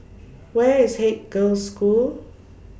Where IS Haig Girls' School